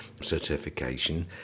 certification